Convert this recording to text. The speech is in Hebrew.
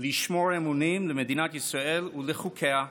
לשמור אמונים למדינת ישראל ולחוקיה,